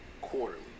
quarterly